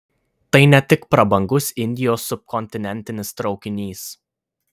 tai ne tik prabangus indijos subkontinentinis traukinys